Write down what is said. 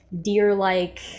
deer-like